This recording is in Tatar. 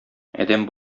адәм